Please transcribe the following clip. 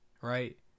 right